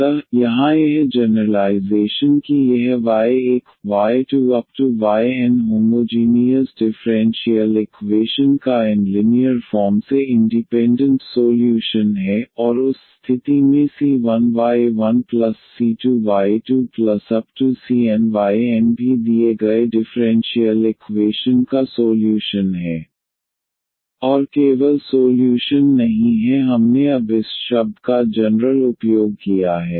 अतः यहाँ यह जनरलाइजेशन कि यह y1y2yn होमोजीनीयस डिफेरेंटियाल इकवेशन का n लिनीयर फॉर्म से इंडीपेन्डन्ट सोल्यूशन है और उस स्थिति में c1y1c2y2cnyn भी दिए गए डिफ़्रेंशियल इकवेशन का सोल्यूशन है और केवल सोल्यूशन नहीं है हमने अब इस शब्द का जनरल उपयोग किया है